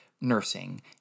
nursing